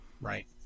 Right